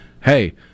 hey